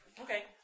Okay